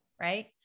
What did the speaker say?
right